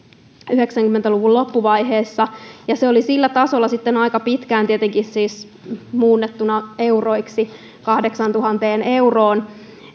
yhdeksänkymmentä luvun loppuvaiheessa ja se oli sillä tasolla sitten aika pitkään tietenkin siis muunnettuna euroiksi kahdeksaantuhanteen euroon